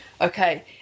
okay